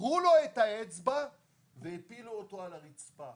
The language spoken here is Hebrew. שברו לו את האצבע והפילו אותו על הרצפה.